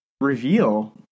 reveal